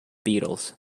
beatles